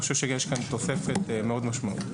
אני חושב שיש כאן תוספת מאוד משמעותית.